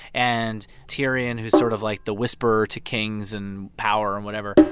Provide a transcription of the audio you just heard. and tyrion, who's sort of like the whisperer to kings and power and whatever,